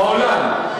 בעולם,